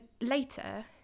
later